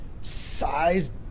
size